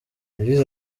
yagize